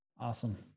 Awesome